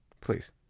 Please